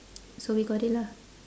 so we got it lah